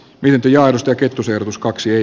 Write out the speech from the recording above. yhtä johdosta kettusen tuskaksi